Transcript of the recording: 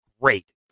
great